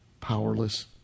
powerless